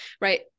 right